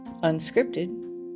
Unscripted